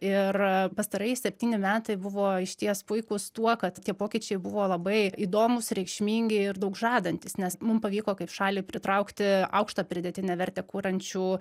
ir pastarieji septyni metai buvo išties puikūs tuo kad tie pokyčiai buvo labai įdomūs reikšmingi ir daug žadantys nes mum pavyko kaip šaliai pritraukti aukštą pridėtinę vertę kuriančių